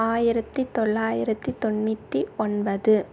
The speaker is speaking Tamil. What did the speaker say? ஆயிரத்தி தொள்ளாயிரத்தி தொண்ணூற்றி ஒன்பது